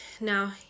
Now